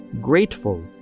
grateful